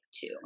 two